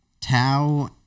Tau